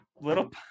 little